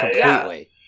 completely